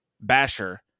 Basher